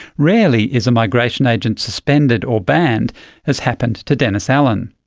rarely is a migration agent suspended or banned as happened to dennis allan.